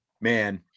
Man